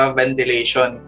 ventilation